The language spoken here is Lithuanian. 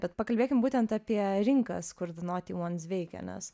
bet pakalbėkim būtent apie rinkas kur de noti uans veikia nes